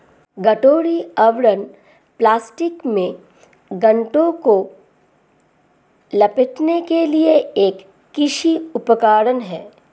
गठरी आवरण प्लास्टिक में गांठों को लपेटने के लिए एक कृषि उपकरण है